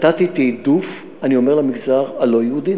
נתתי עדיפות, אני אומר, למגזר הלא-יהודי.